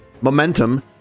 Momentum